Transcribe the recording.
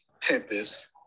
Tempest